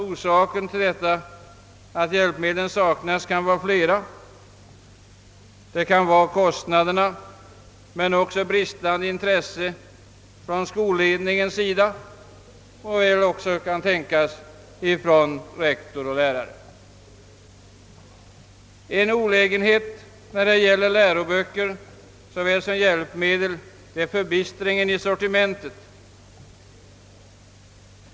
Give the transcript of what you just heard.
Orsakerna kan naturligtvis vara flera, exempelvis kostnaderna, men också bristande intresse hos skolledningen eller kanske hos rektor och lärare. En olägenhet när det gäller läroböcker såväl som tekniska hjälpmedel är förbistringen i sortimentet.